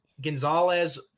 Gonzalez